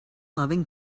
loving